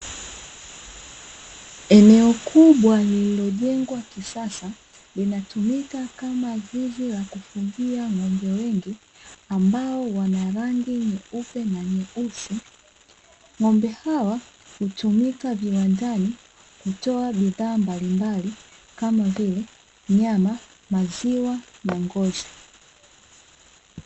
Eneo kubwa lilojengwa kisasa, linatumika kama zizi la kufugia ng'ombe wengi, ambao wana rangi nyeupe na nyeusi. Ng'ombe hawa hutumika viwandani, kutoa bidhaa mbalimbali kama vile nyama, maziwa na ngozi.